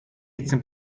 эзэн